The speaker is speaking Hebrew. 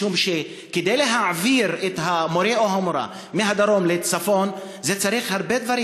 משום שכדי להעביר את המורה או המורה מהדרום לצפון צריך הרבה דברים,